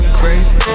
crazy